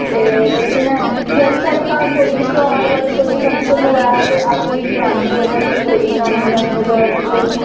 ते लेकिन जि'यां कि साढ़े घर कोई बी ध्यार होऐ ते कोई बी फंक्शन होऐ ते अस जि'यां दिवाली होऐ ते अस रंगोली बनाने होने अपने घर च